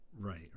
Right